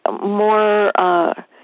more